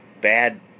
bad